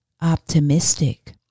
optimistic